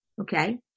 okay